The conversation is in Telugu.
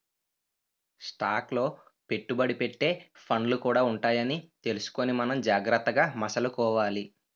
స్టాక్ లో పెట్టుబడి పెట్టే ఫండ్లు కూడా ఉంటాయని తెలుసుకుని మనం జాగ్రత్తగా మసలుకోవాలి